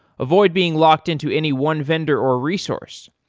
avoid being locked into any one vendor or resource.